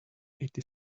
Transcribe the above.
eighty